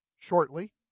shortly